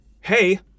Hey